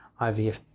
IVF